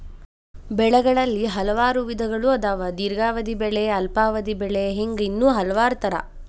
ಬೆಳೆಗಳಲ್ಲಿ ಹಲವಾರು ವಿಧಗಳು ಅದಾವ ದೇರ್ಘಾವಧಿ ಬೆಳೆ ಅಲ್ಪಾವಧಿ ಬೆಳೆ ಹಿಂಗ ಇನ್ನೂ ಹಲವಾರ ತರಾ